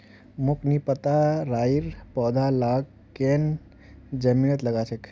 मोक नी पता राइर पौधा लाक केन न जमीनत लगा छेक